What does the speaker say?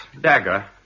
dagger